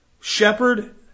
shepherd